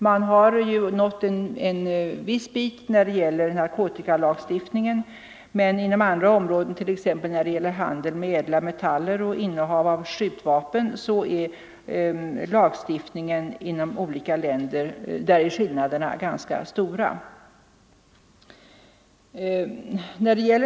Man har ju nått en viss bit på narkotikalagstiftningens område. Men inom andra områden, t.ex. handeln med ädla metaller och innehav av skjutvapen, är skillnaderna ganska stora mellan olika länders lagstiftning.